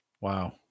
Wow